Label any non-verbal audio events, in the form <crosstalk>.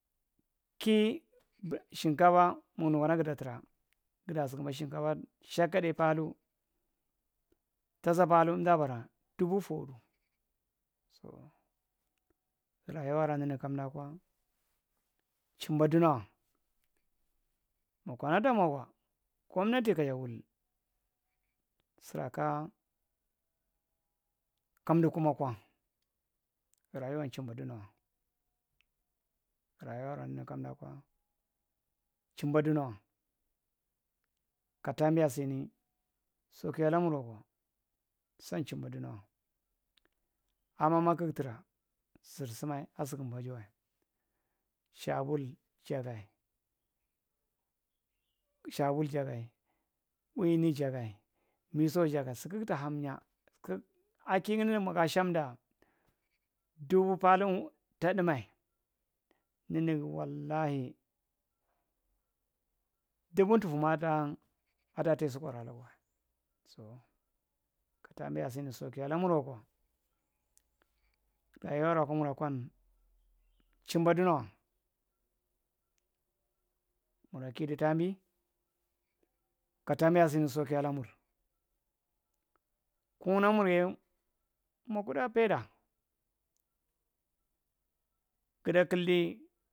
Kii shinkafa mug’nu kana guda taa guda sukumba shinkafar shaakadae haalthu nthasa palthu emdaa bura dubu footdu soo rayuwa’ra ninigi kamdaa’kwa chimba dunowa. Makana tamwa’kwa gomati kaya wul sura kaa kamdu kuma kwa rayuwan chimba dunow rayuwa raa ninigi kamdaa’kwa chimba dunawa ka taambiya sini saukiyaa laamur wakwa san chimba dunowa amana kug’tra siremmae aa sikambagiwae. Shaabul jhagae shaabul jajae weini jagae miso jagae su kugta ham’nya <hesitation> akin’nyae ninigi mugaa shamda dubu paatha ta tdummae ninigi wallahi dubun tufumaa addaa adaa’tai sukor alak’wae sow kataambiya sini sokiyaa lamur wakwa rayuwara kumura kwan chimba dunowa. Mura kidu taambi ka taam’mbiya sini sokiya lamur kugna mur’yae mwa kuda payda guda killi.